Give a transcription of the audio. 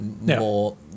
more